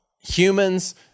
humans